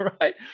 right